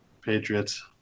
Patriots